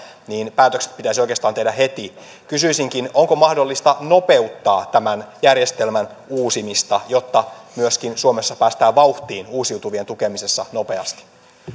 niin päätökset pitäisi oikeastaan tehdä heti kysyisinkin onko mahdollista nopeuttaa tämän järjestelmän uusimista jotta myöskin suomessa päästään vauhtiin uusiutuvien tukemisessa nopeasti